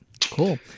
cool